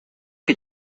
que